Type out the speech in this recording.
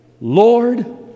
lord